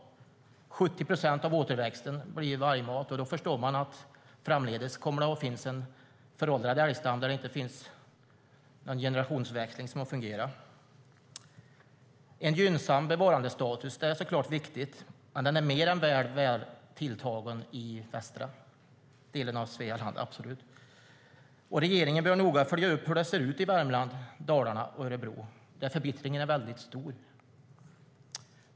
70 procent av återväxten blir vargmat, och då förstår man att det framdeles kommer att finnas en föråldrad älgstam utan fungerande generationsväxling. En gynnsam bevarandestatus är såklart viktig, men den är mer än väl tilltagen i de västra delarna av Svealand. Regeringen bör noga följa upp hur det ser ut i Värmland, Dalarna och Örebro, där förbittringen är väldigt stor.